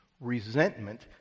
Resentment